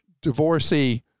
divorcee